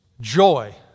Joy